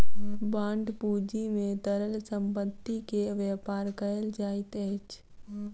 bond पूंजी में तरल संपत्ति के व्यापार कयल जाइत अछि